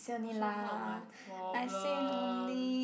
also not my problem